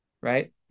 Right